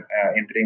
entering